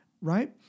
right